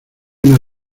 una